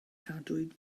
cadwyn